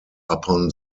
upon